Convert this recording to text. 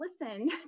listen